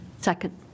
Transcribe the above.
Second